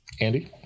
Andy